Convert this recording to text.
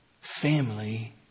Family